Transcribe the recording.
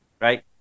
right